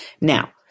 Now